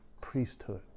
priesthood